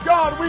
God